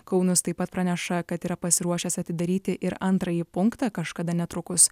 kaunas taip pat praneša kad yra pasiruošęs atidaryti ir antrąjį punktą kažkada netrukus